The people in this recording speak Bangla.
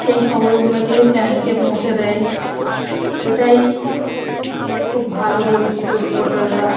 সেই খবরগুলোকে চ্যানেলকে পৌঁছে দেয় এটাই খুব ভালো পরিচিত রিপোর্টাররা